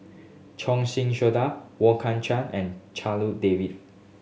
Choon Singh Wong Kan Cheong and David